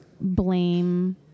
blame